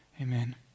Amen